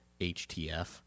HTF